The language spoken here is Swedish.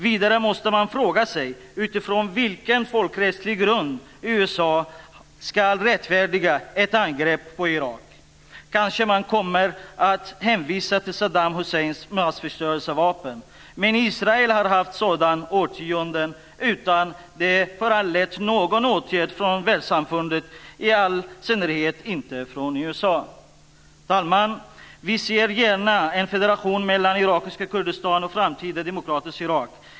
Vidare måste man fråga sig utifrån vilken folkrättslig grund USA ska rättfärdiga ett angrepp på Irak. Kanske man kommer att hänvisa till Saddam Husseins massförstörelsevapen. Men Israel har haft sådana i årtionden utan att det har föranlett någon åtgärd från världssamfundet, i all synnerhet inte från USA. Fru talman! Vi ser gärna en federation mellan irakiska Kurdistan och ett framtida demokratiskt Irak.